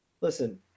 listen